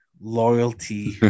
loyalty